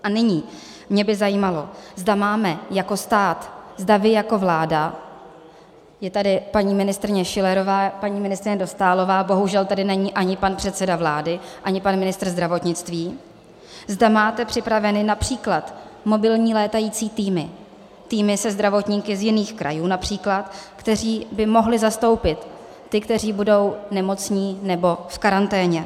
A nyní, mě by zajímalo, zda máme jako stát, zda vy jako vláda je tady paní ministryně Schillerová, paní ministryně Dostálová, bohužel tady není ani pan předseda vlády, ani pan ministr zdravotnictví zda máte připraveny například mobilní létající týmy, týmy se zdravotníky z jiných krajů například, kteří by mohli zastoupit ty, kteří budou nemocní nebo v karanténě.